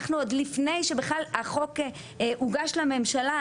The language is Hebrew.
אנחנו עוד לפני שעוד בכלל החוק הוגש לממשלה,